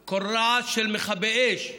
כל רעש של מכבי אש,